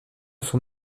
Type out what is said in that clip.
son